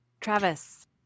Travis